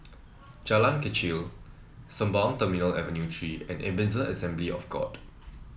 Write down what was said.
Jalan Kechil Sembawang Terminal Avenue Three and Ebenezer Assembly of God